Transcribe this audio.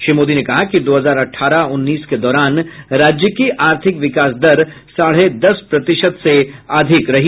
श्री मोदी ने कहा कि दो हजार अठारह उन्नीस के दौरान राज्य की आर्थिक विकास दर साढ़े दस प्रतिशत से अधिक रही